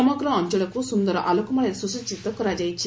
ସମଗ୍ର ଅଞ୍ଚଳକୁ ସୁନ୍ଦର ଆଲୋକମାଳାରେ ସୁସଜିତ କରାଯାଇଛି